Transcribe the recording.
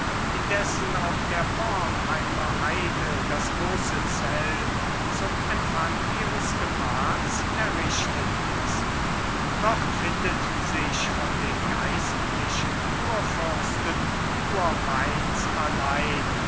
indessen auf der bornheimer heide das große zelt zum empfang ihres gemahls errichtet ist dort findet sich von den geistlichen kurfürsten nur mainz allein